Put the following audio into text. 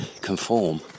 conform